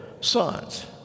sons